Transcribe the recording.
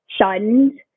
shunned